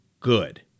good